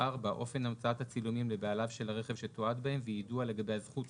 (4)אופן המצאת הצילומים לבעליו של הרכב שתועד בהם ויידוע לגבי הזכות